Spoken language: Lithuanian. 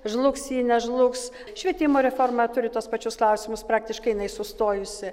žlugs ji nežlugs švietimo reforma turi tuos pačius klausimus praktiškai jinai sustojusi